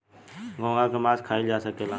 घोंघा के मास खाइल जा सकेला